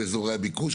באזורי הביקוש,